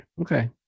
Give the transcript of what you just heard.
Okay